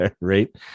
right